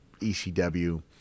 ecw